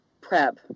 prep